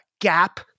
Gap